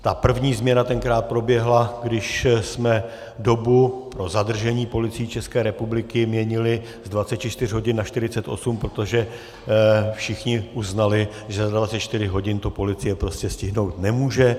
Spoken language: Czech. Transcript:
Ta první změna tenkrát proběhla, když jsme dobu pro zadržení Policií České republiky měnili z 24 hodin na 48, protože všichni uznali, že za 24 hodin to policie prostě stihnout nemůže.